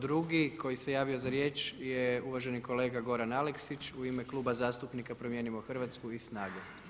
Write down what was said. Drugi koji se javio za riječ je uvaženi kolega Goran Aleksić u ime Kluba zastupnika Promijenimo Hrvatsku i Snage.